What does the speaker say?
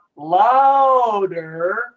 Louder